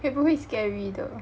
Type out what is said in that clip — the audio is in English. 会不会 scary 的